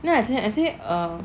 then I think I say err